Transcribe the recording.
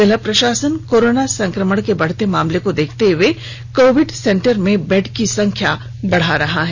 जिला प्रशासन कोरोना संकमण के बढ़ते मामले को देखते हुए कोविड सेंटर में बेड की संख्या बढ़ा रहा है